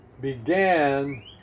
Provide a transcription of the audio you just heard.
began